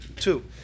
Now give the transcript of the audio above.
two